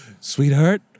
Sweetheart